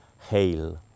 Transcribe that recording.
Hail